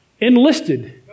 enlisted